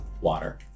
water